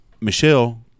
Michelle